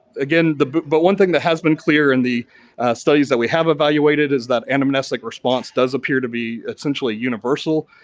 again, the but one thing that has been clear in the studies that we have evaluated is that anamnestic response does appear to be essentially universal.